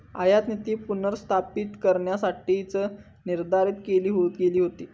आयातनीती पुनर्स्थापित करण्यासाठीच निर्धारित केली गेली हा